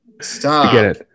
Stop